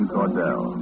Cordell